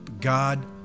God